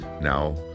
now